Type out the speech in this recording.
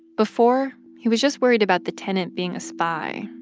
before, he was just worried about the tenant being a spy,